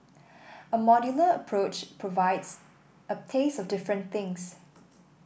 a modular approach provides a taste of different things